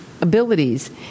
abilities